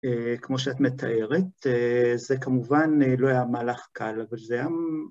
כמו שאת מתארת, זה כמובן לא היה מהלך קל, אבל זה היה מ...